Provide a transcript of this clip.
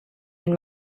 den